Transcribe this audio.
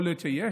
יכול להיות שיש,